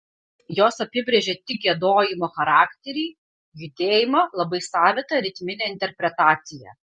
jos apibrėžė tik giedojimo charakterį judėjimą labai savitą ritminę interpretaciją